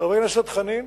חבר הכנסת חנין,